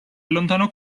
allontanò